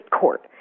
court